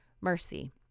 mercy